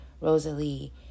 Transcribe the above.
Rosalie